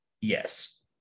Yes